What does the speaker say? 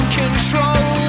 control